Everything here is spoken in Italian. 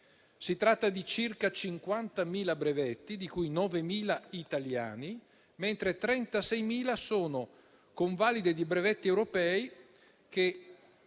Si tratta di circa 50.000 brevetti, di cui 9.000 italiani, mentre 36.000 sono convalide di brevetti europei che